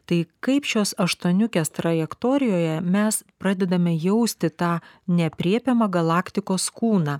tai kaip šios aštuoniukės trajektorijoje mes pradedame jausti tą neaprėpiamą galaktikos kūną